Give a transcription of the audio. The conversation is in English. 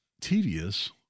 tedious